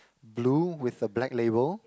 blue with a black label